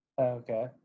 Okay